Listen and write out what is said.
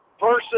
versus